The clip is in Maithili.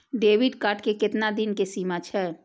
डेबिट कार्ड के केतना दिन के सीमा छै?